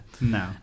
No